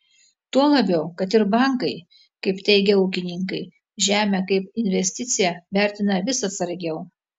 tuo labiau kad ir bankai kaip teigia ūkininkai žemę kaip investiciją vertina vis atsargiau